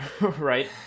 right